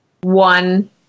One